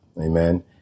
Amen